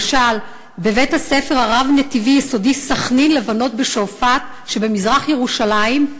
למשל בית-הספר הרב-נתיבי היסודי "סח'נין" לבנות בשועפאט שבמזרח-ירושלים,